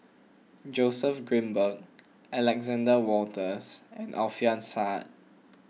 Joseph Grimberg Alexander Wolters and Alfian Sa